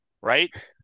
right